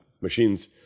machine's